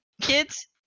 Kids